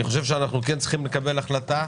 אני חושב שאנחנו כן צריכים לקבל החלטה.